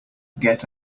get